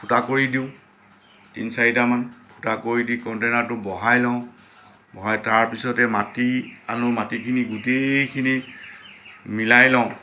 ফুটা কৰি দিওঁ তিনি চাৰিটামান ফুটা কৰি দি কণ্টেইনাৰটো বহাই লওঁ বহাই তাৰপিছতে মাটি আনো মাটিখিনি গোটেইখিনি মিলাই লওঁ